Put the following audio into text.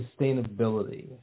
sustainability